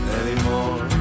anymore